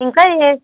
ఇంకా ఏ